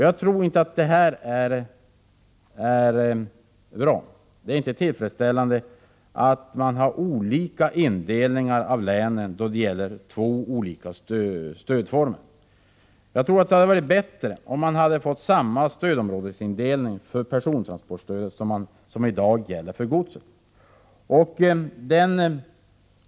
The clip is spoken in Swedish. Jag tycker inte att det är tillfredsställande med olika indelningar av länen för två skilda stödformer. Det hade varit bättre med samma stödområdesindelning för persontransportstödet som i dag gäller för godstransportstödet.